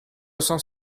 cents